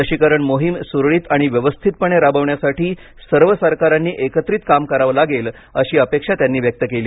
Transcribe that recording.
लशीकरण मोहीम सुरळीत आणि व्यवस्थितपणे राबवण्यासाठी सर्व सरकारांनी एकत्र काम करावं लागेल अशी अपेक्षा त्यांनी व्यक्त केली